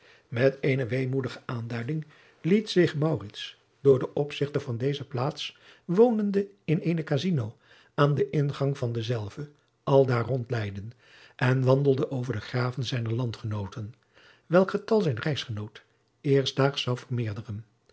met eene weemoedige aandoening liet zich maurits door den opzigter van deze plaats wonende in eene casino aan den ingang van dezelve aldaar rondleiden en wandelde over de graven zijner landgenooten welker getal zijn reisgenoot eerstdaags zou vermeerderen